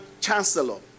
chancellor